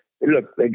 Look